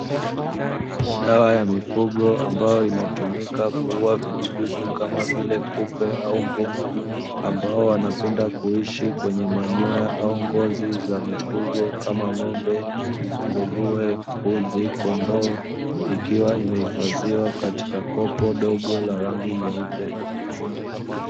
Dawa ya mifugo ambayo inatumika kuua vijidudu kama vile; kupe au mbung'o, ambao wanapenda kuishi kwenye manyoya au ngozi za mifugo kama: ng'ombe nguruwe, mbuzi, kondoo, ikiwa imehifadhiwa katika kopo dogo la rangi nyeupe.